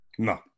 No